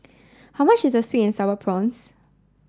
how much is Sweet and Sour Prawns